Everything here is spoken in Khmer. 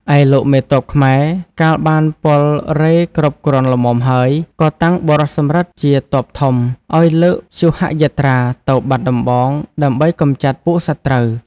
ឯលោកមេទ័ពខ្មែរ កាលបានពលរេហ៍គ្រប់គ្រាន់ល្មមហើយ ក៏តាំងបុរសសំរិទ្ធជាទ័ពធំឲ្យលើកព្យូហយាត្រាទៅបាត់ដំបងដើម្បីកម្ចាត់ពួកសត្រូវ ។